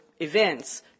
events